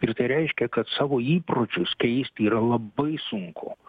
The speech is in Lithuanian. ir tai reiškia kad savo įpročius keisti yra labai sunku